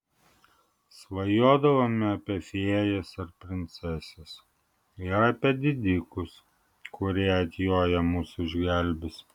svajodavome apie fėjas ir princeses ir apie didikus kurie atjoję mus išgelbės